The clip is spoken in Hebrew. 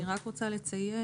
אני רק רוצה לציין,